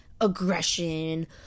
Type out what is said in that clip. aggression